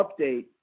update